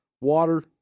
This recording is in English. water